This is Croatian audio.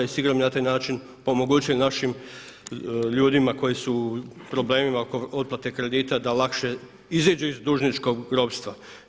I sigurno bi na taj način omogućili našim ljudima koji su u problemima kod otplate kredita da lakše iziđu iz dužničkog ropstva.